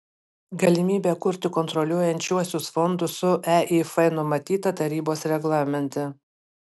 galimybė kurti kontroliuojančiuosius fondus su eif numatyta tarybos reglamente